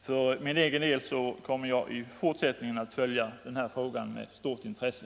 För min egen del skall jag i fortsättningen följa utvecklingen med stort intresse.